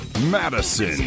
Madison